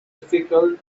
difficult